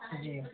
जी